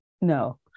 no